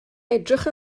edrych